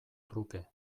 truke